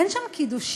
אין שם קידושין,